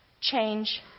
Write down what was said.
change